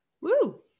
Woo